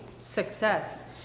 success